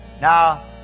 Now